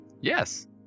Yes